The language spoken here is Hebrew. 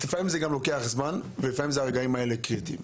לפעמים זה לוקח זמן ולפעמים הרגעים האלה הם קריטיים.